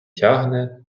тягне